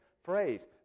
phrase